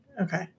Okay